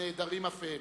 הנעדרים אף הם.